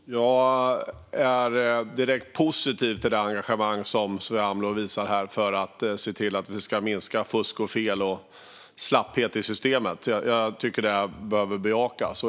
Fru talman! Jag är direkt positiv till det engagemang som Sofia Amloh visar här för att vi ska se till att minska fusk och fel och slapphet i systemet. Jag tycker att det behöver bejakas.